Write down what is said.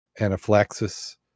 anaphylaxis